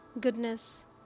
goodness